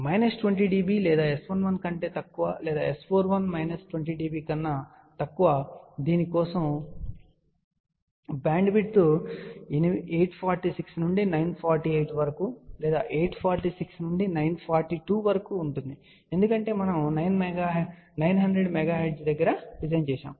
కాబట్టి minus 20 dB లేదా S11 కంటే తక్కువ లేదా S41 మైనస్ 20 dB కన్నా తక్కువ దీని కోసం బ్యాండ్విడ్త్ 846 నుండి 948 వరకు లేదా 846 నుండి 942 వరకు ఉంటుంది ఎందుకంటే మనము 900 MHz వద్ద డిజైన్ చేశాము